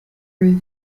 roof